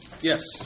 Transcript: Yes